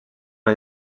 oli